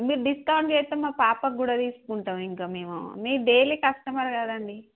మీరు డిస్కౌంట్ చేస్తే మా పాపకు కూడా తీసుకుంటాం ఇంకా మేము మీరు డైలీ కస్టమర్ కదండి